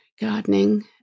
gardening